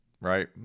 right